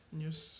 news